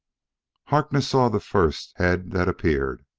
harkness saw the first head that appeared.